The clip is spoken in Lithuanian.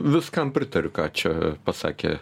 viskam pritariu ką čia pasakė